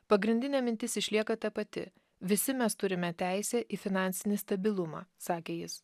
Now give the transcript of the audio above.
pagrindinė mintis išlieka ta pati visi mes turime teisę į finansinį stabilumą sakė jis